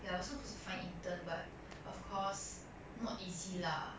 ya I was also supposed to find intern but of course not easy lah